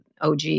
OG